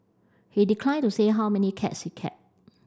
he declined to say how many cats he kept